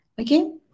Okay